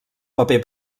paper